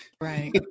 Right